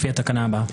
לפי התקנה הבאה.